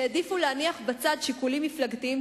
שהעדיפו להניח בצד שיקולים מפלגתיים